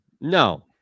No